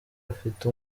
afite